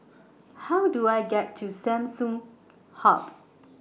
How Do I get to Samsung Hub